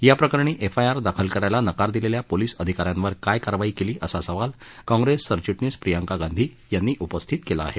याप्रकरणी एफआयआर दाखल करायला नकार दिलेल्या पोलीस अधिकाऱ्यांवर काय कारवाई केली असा सवाल कॉंप्रेस महासचिव प्रियंका गांधी यांनी उपस्थित केला आहे